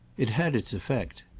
it had its effect.